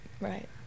Right